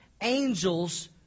angels